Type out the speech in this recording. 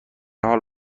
حال